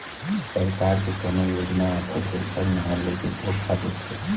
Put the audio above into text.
सरकार के कोनो योजना आथे तेखर नांव लेके धोखा देथे